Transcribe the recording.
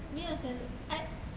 没有 sensi~ I think is